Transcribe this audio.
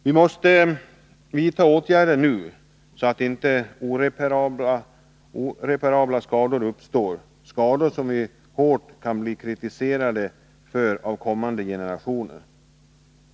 Vi måste vidta åtgärder nu, så att inte oreparabla skador uppstår, skador som vi kan bli hårt kritiserade för av kommande generationer.